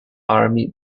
army